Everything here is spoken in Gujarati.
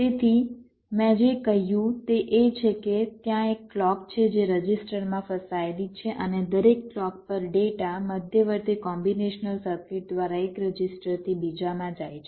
તેથી મેં જે કહ્યું તે એ છે કે ત્યાં એક ક્લૉક છે જે રજિસ્ટરમાં ફેલાયેલી છે અને દરેક ક્લૉક પર ડેટા મધ્યવર્તી કોમ્બીનેશનલ સર્કિટ દ્વારા એક રજિસ્ટરથી બીજામાં જાય છે